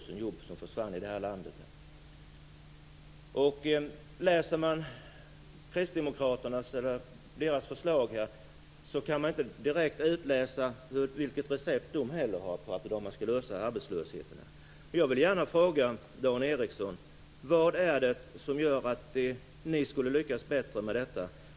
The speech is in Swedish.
Det var så många jobb som försvann i det här landet då. Om man läser kristdemokraternas förslag kan man inte direkt utläsa vilket recept de har på hur man skall lösa arbetslösheten. Jag vill gärna fråga Dan Ericsson vad det är som gör att ni skulle lyckas bättre med detta.